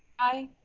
aye,